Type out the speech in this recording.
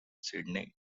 sydney